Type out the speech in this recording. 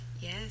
Yes